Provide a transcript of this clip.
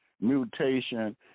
mutation